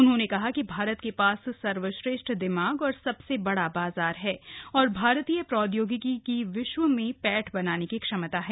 उन्होंने कहा कि भारत के पास सर्वश्रेष्ठ दिमाग और सबसे बड़ा बाजार है और भारतीय प्रौद्योगिकी की विश्व में पैठ बनाने की क्षमता है